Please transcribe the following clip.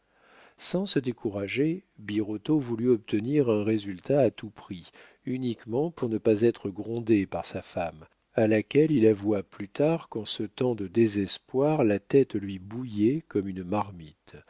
sans se décourager birotteau voulut obtenir un résultat à tout prix uniquement pour ne pas être grondé par sa femme à laquelle il avoua plus tard qu'en ce temps de désespoir la tête lui bouillait comme une marmite